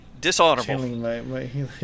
Dishonorable